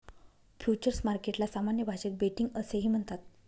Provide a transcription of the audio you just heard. futures मार्केटला सामान्य भाषेत बेटिंग असेही म्हणतात